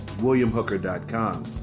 WilliamHooker.com